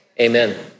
amen